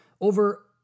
over